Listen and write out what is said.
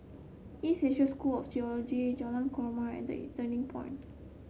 East Asia School of Theology Jalan Korma and The Turning Point